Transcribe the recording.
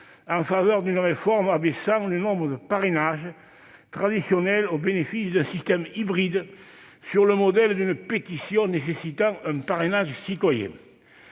en faveur d'une réforme abaissant le nombre de parrainages habituel au bénéfice d'un système hybride, sur le modèle d'une pétition nécessitant un « parrainage citoyen